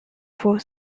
for